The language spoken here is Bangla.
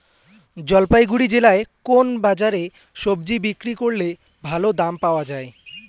জলপাইগুড়ি জেলায় কোন বাজারে সবজি বিক্রি করলে ভালো দাম পাওয়া যায়?